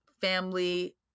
family